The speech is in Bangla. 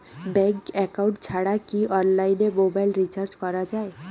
ব্যাংক একাউন্ট ছাড়া কি অনলাইনে মোবাইল রিচার্জ করা যায়?